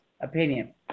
opinion